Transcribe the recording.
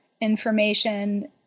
information